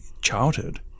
childhood